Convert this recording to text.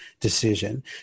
decision